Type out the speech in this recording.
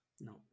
No